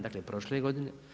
Dakle, prošle godine.